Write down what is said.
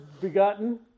begotten